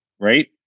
right